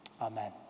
Amen